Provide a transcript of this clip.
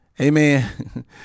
Amen